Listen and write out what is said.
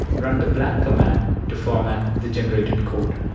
run the black command to format the generated code.